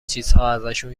چیزهاازشون